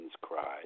cries